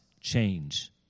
change